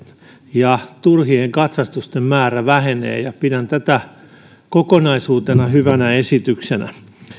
ja turhien katsastusten määrä vähenee pidän tätä kokonaisuutena hyvänä esityksenä